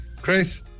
Chris